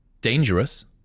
dangerous